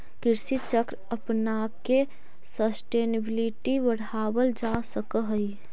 कृषि चक्र अपनाके सस्टेनेबिलिटी बढ़ावल जा सकऽ हइ